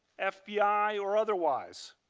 ah fbi or otherwise.